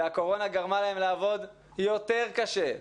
והקורונה גרמה להם לעבוד יותר קשה,